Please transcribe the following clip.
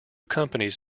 companies